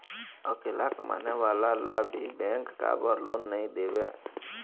अकेला कमाने वाला ला भी बैंक काबर लोन नहीं देवे?